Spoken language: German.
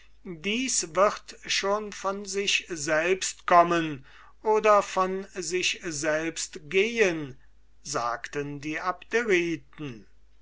dies wird von sich selbst kommen von sich selbst gehen sagten die